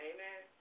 Amen